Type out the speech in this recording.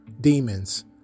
demons